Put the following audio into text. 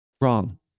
Wrong